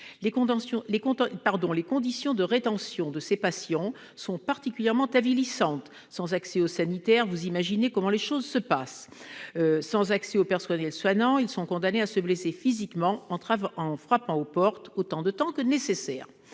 Les conditions de rétention de ces patients sont particulièrement avilissantes : sans accès aux sanitaires, vous imaginez comment les choses se passent ! Sans accès aux personnels soignants, ils sont condamnés à se blesser physiquement en frappant à la porte autant de temps que nécessaire.